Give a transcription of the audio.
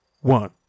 one